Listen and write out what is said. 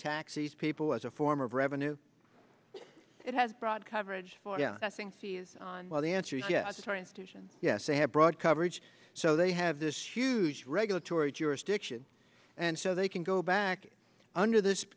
taxis people as a form of revenue it has broad coverage for yeah i think on well the answer is yes or institution yes they have broad coverage so they have this huge regulatory jurisdiction and so they can go back under this